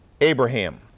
Abraham